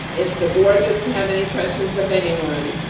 if the board doesn't have any questions of anyone.